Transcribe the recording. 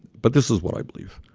but this is what i believe.